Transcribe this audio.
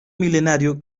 milenario